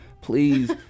Please